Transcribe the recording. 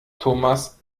thomas